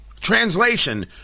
Translation